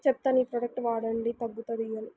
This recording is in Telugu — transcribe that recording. చెప్తాను ఈ ప్రోడక్ట్ వాడండి తగ్గుతుందిగా అని